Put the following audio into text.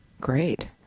Great